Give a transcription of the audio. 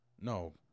No